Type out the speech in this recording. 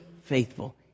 faithful